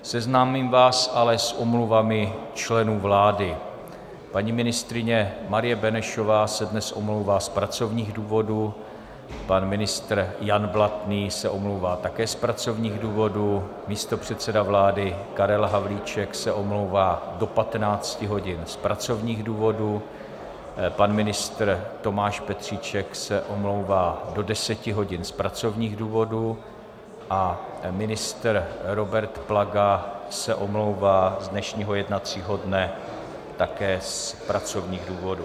Seznámím vás ale s omluvami členů vlády: paní ministryně Marie Benešová se dnes omlouvá z pracovních důvodů, pan ministr Jan Blatný se omlouvá také z pracovních důvodů, místopředseda vlády Karel Havlíček se omlouvá do 15 hodin z pracovních důvodů, pan ministr Tomáš Petříček se omlouvá do 10 hodin z pracovních důvodů a ministr Robert Plaga se omlouvá z dnešního jednacího dne také z pracovních důvodů.